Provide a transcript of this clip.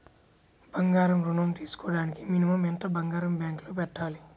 బంగారం ఋణం తీసుకోవడానికి మినిమం ఎంత బంగారం బ్యాంకులో పెట్టాలి?